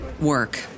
work